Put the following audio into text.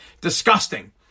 disgusting